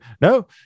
no